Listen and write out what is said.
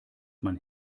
man